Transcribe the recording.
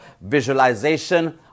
visualization